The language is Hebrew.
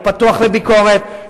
אני פתוח לביקורת,